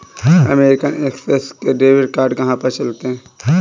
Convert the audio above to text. American Express के debit card कहाँ पर चलते हैं?